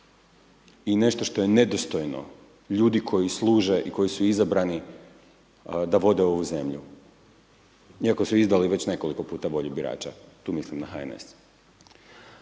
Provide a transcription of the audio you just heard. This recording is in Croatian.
i nešto što je nedostojno ljudi koji služe i koji su izabrani da vode ovu zemlju iako su izdali već nekoliko puta volju birača, tu mislim na HNS.